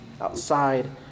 outside